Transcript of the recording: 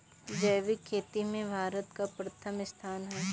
जैविक खेती में भारत का प्रथम स्थान